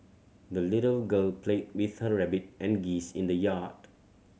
the little girl played with her rabbit and geese in the yard